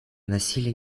насилие